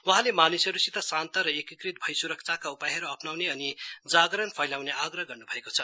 वहाँले मानिसहरूसित शान्त र एकीकृत भई सुरक्षाका उपायहरू अप्नाउने अनि जागरण फैलाउने आग्रह गर्न् भएको छ